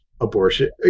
abortion